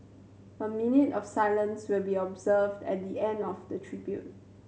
a minute of silence will be observed at the end of the tributes